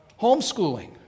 Homeschooling